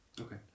Okay